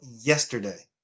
yesterday